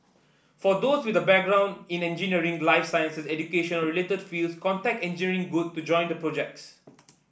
for those with a background in engineering life sciences education or related fields contact Engineering Good to join their projects